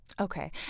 Okay